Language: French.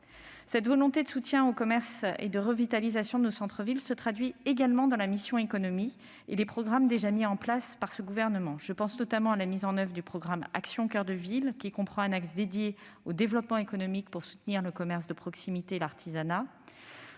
Cette volonté de soutien aux commerces et de revitalisation de nos centres-villes se traduit également dans la mission « Économie » et les programmes déjà mis en place par le Gouvernement. Je pense, notamment, à la mise en oeuvre du programme « Action coeur de ville », qui comprend un axe dédié au développement économique pour soutenir le commerce de proximité et l'artisanat.